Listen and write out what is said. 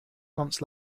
months